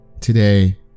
today